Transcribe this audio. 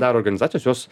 daro organizacijos jos